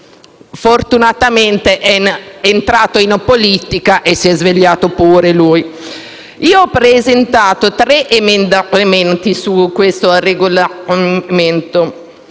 fortunatamente è entrato in politica e si è svegliato pure lui. Ho presentato tre emendamenti sulla proposta